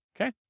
Okay